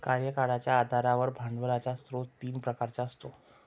कार्यकाळाच्या आधारावर भांडवलाचा स्रोत तीन प्रकारचा असतो